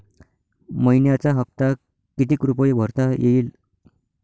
मइन्याचा हप्ता कितीक रुपये भरता येईल?